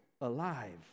alive